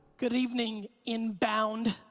good evening inbound,